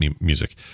music